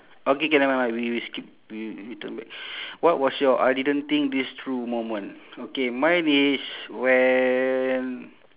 okay K nevermind nevermind we we skip we we turn back what was your I didn't think this through moment okay mine is when